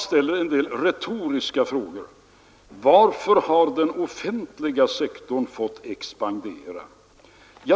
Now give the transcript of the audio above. ställde en del retoriska frågor, t.ex.: Varför har den offentliga sektorn fått expandera?